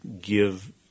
give